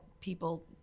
people